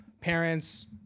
parents